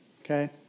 okay